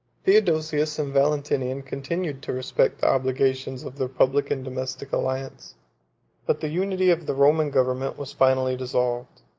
theodosius and valentinian continued to respect the obligations of their public and domestic alliance but the unity of the roman government was finally dissolved.